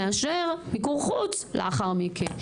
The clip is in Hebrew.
מאשר מיקור חוץ לאחר מכן.